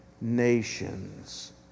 nations